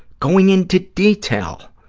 going into detail,